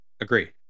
agree